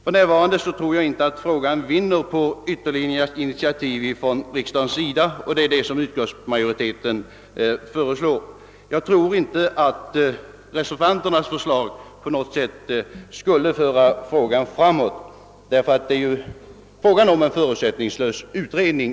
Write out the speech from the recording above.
För närvarande tror jag inte att frågan vinner på ytterligare initiativ från riksdagens sida, vilket även utskottsmajoriteten framhåller. Jag tror inte att reservanternas förslag på något sätt skulle föra frågan framåt, ty det är, om jag uppfattade det hela rätt, fråga om en förutsättningslös utredning.